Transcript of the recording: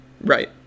Right